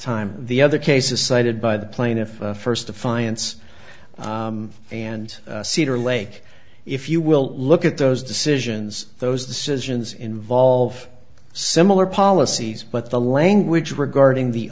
time the other cases cited by the plaintiff first defiance and cedar lake if you will look at those decisions those decisions involve similar policies but the language regarding the